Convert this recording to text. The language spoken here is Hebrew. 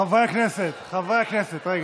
חברי הכנסת, חברי הכנסת, רגע.